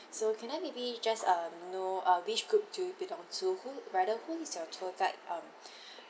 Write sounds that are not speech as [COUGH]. so can I maybe just uh know uh which group do you belong to who rather who is your tour guide um [BREATH]